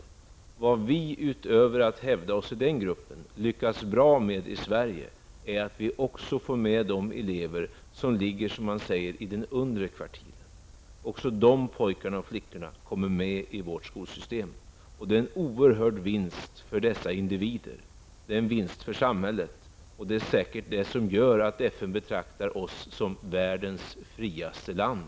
Men vad vi i Sverige, utöver att vi hävdar oss i den här gruppen, lyckas bra med är att vi också får med de elever som ligger, som det heter i den undre kvartilen. Också de pojkarna och flickorna kommer med i vårt skolsystem och det är en oerhört stor vinst för dessa individer. Det är också en vinst för samhället, och det är säkert det som gör att FN betraktar Sverige som världens friaste land.